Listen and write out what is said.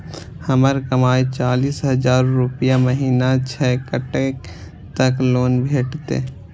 हमर कमाय चालीस हजार रूपया महिना छै कतैक तक लोन भेटते?